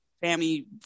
family